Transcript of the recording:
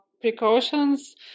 precautions